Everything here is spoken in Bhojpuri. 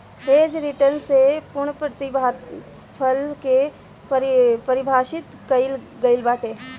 हेज रिटर्न से पूर्णप्रतिफल के पारिभाषित कईल गईल बाटे